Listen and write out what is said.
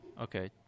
Okay